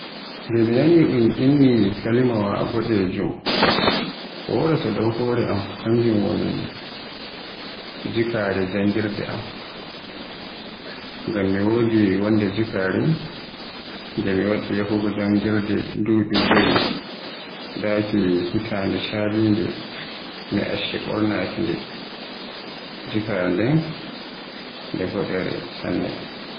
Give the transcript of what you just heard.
Nde mi nani un inni kalimawa boɗejum ko waraata dow hore am kanjum woni jikaare janngirde am. Ngam mi wodi wonde jikaare nde mi wadi yahugo janngirde duɓi jowe, daaki hitande challinde mi acci ɓornaaki nde. Jikaare nden de boɗere, sanne.